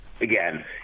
again